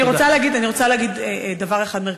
אני רוצה להגיד דבר אחד מרכזי.